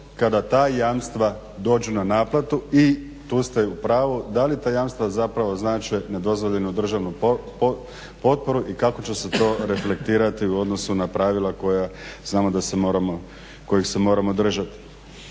kada ta jamstva dođu na naplatu i tu ste u pravu, da li ta jamstva zapravo znače nedozvoljeno državnu potporu i kako će se to reflektirati u odnosu na pravila koja znamo da